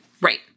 Right